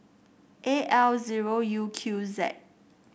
A L zero U Q Z